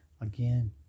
Again